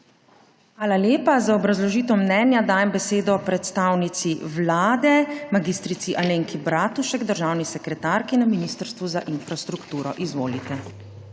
Hvala. Za obrazložitev mnenja dajem besedo predstavnici Vlade mag. Tini Sršen, državni sekretarki na Ministrstvu za infrastrukturo. Izvolite.